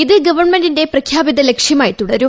ഇത് ഗവണ്മെന്റിന്റെ പ്രഖ്യാപിത ലക്ഷ്യമായി തുടരും